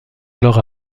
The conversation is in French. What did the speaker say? alors